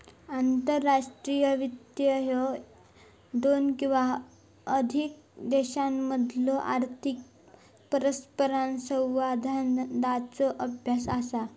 आंतरराष्ट्रीय वित्त ह्या दोन किंवा अधिक देशांमधलो आर्थिक परस्परसंवादाचो अभ्यास असा